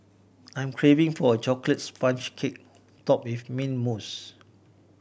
I am craving for a chocolate sponge cake top with mint mousse